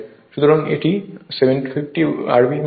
সুতরাং এটি 750 rpm আসছে